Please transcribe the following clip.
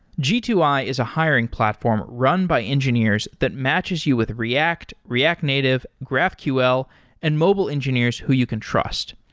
g two i is a hiring platform run by engineers that matches you with react, react native, graphql and mobile engineers who you can trust.